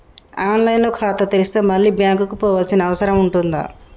On line లో ఖాతా తెరిస్తే మళ్ళీ బ్యాంకుకు పోవాల్సిన అవసరం ఉంటుందా?